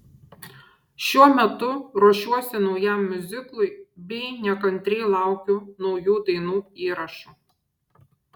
šiuo metu ruošiuosi naujam miuziklui bei nekantriai laukiu naujų dainų įrašų